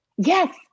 Yes